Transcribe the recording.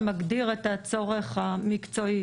שמגדיר את הצורך המקצועי,